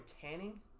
tanning